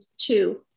two